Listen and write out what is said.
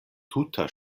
tuta